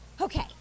Okay